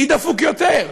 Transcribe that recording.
מי דפוק יותר,